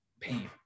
pain